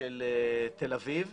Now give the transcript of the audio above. של תל אביב.